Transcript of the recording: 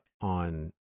on